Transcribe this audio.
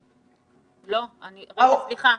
לא, סליחה.